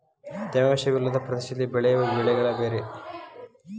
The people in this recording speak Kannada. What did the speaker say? ತೇವಾಂಶ ವಿಲ್ಲದ ಪ್ರದೇಶದಲ್ಲಿ ಬೆಳೆಯುವ ಬೆಳೆಗಳೆ ಬೇರೆ